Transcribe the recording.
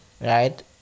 right